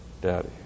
daddy